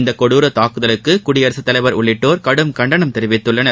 இந்த கொடுரத் தாக்குதலுக்கு குடியரசுத் தலைவர் உள்ளிட்டோர் கடும் கண்டனம் தெரிவித்துள்ளனர்